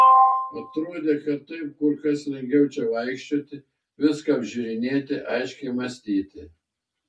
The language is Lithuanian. atrodė kad taip kur kas lengviau čia vaikščioti viską apžiūrinėti aiškiai mąstyti